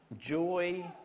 joy